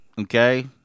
okay